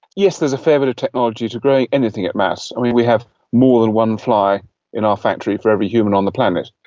yes, there's a fair bit of technology to growing anything at mass. and we we have more than one fly in our factory for every human on the planet.